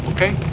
Okay